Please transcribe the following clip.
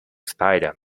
spider